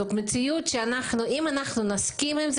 זאת מציאות שאם אנחנו נסכים לה,